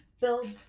build